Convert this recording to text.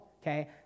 okay